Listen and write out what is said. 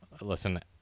listen